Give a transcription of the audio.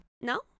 No